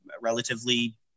relatively